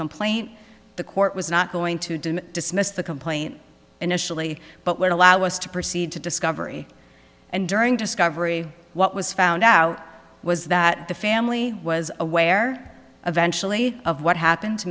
complaint the court was not going to do dismiss the complaint initially but would allow us to proceed to discovery and during discovery what was found out was that the family was aware of of what happened to